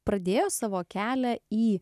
pradėjo savo kelią į